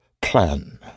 plan